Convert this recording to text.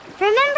Remember